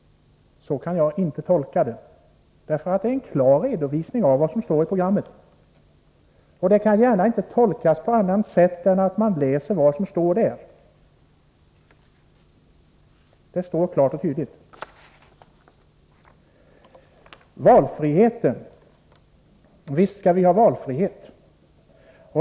Jag kan inte uppfatta det som ett påhopp — det är en klar redovisning av vad som står i programmet. Visst skall vi ha valfrihet.